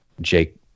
jake